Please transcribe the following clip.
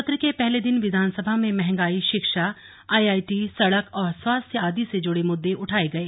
सत्र के पहले दिन विधानसभा में महंगाई शिक्षा आईआईटी सड़क और स्वास्थ्य आदि से जुड़े मुद्दे उठाये गए